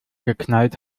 geknallt